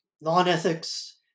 non-ethics